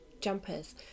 jumpers